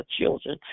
children